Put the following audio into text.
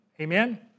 Amen